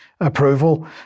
approval